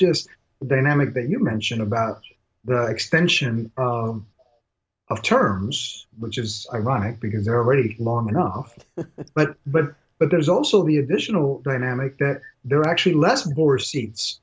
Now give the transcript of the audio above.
just dynamic that you mention about the extension of terms which is ironic because they're already long enough but but but there's also the additional dynamic that they're actually less more seats